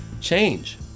change